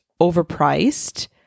overpriced